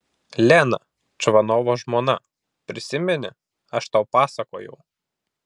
lena čvanovo žmona prisimeni aš tau pasakojau